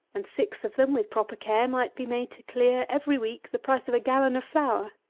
and six of them, with proper care, might be made to clear every week the price of a gallon of flour.